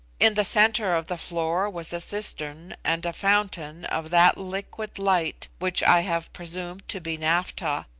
in the centre of the floor was a cistern and a fountain of that liquid light which i have presumed to be naphtha.